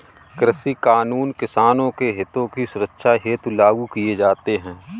कृषि कानून किसानों के हितों की सुरक्षा हेतु लागू किए जाते हैं